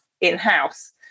in-house